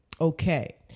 okay